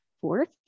fourth